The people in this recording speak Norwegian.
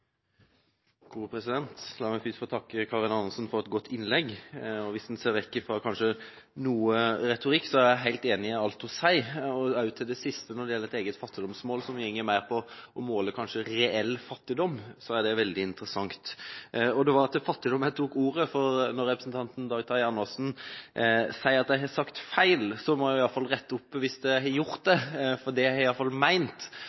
La meg først få takke Karin Andersen for et godt innlegg. Hvis en kanskje ser vekk fra noe retorikk, er jeg helt enig i alt hun sier. Også det siste, et eget fattigdomsmål som går mer på å måle reell fattigdom, er veldig interessant. Det var til fattigdom jeg tok ordet, for når representanten Dag Terje Andersen sier at jeg har sagt feil, må jeg i alle fall rette opp i det, hvis jeg har gjort det. Det jeg i alle fall